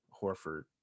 Horford